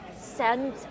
send